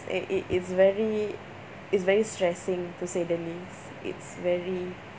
it it it's very it's very stressing to say the least it's very